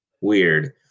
weird